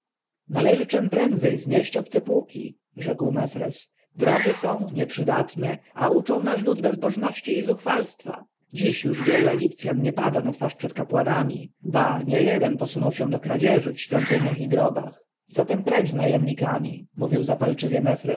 należy czem prędzej znieść obce pułki rzekł mefres drogie są nieprzydatne a uczą nasz lud bezbożności i zuchwalstwa dziś już wielu egipcjan nie pada na twarz przed kapłanami ba niejeden posunął się do kradzieży w świątyniach i grobach zatem precz z najemnikami mówił zapalczywie